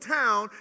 town